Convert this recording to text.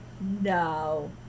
no